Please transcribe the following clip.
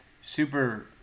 super